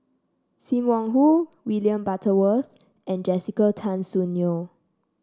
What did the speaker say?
Sim Wong Hoo William Butterworth and Jessica Tan Soon Neo